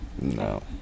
no